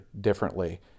differently